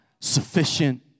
sufficient